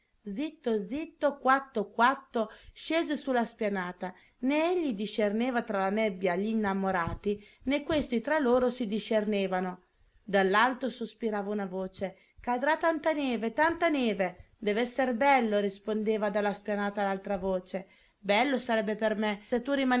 zitto zitto quatto quatto scese su la spianata né egli discerneva tra la nebbia gl'innamorati né questi tra loro si discernevano dall'alto sospirava una voce cadrà tanta neve tanta neve dev'esser bello rispondeva dalla spianata l'altra voce bello sarebbe per me